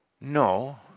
No